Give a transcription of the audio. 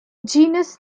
genus